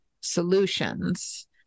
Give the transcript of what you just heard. solutions